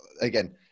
again